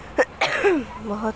بہت